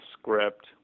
script